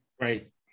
Right